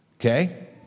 Okay